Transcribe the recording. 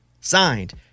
Signed